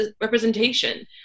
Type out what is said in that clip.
representation